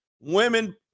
women